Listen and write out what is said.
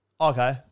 Okay